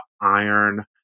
iron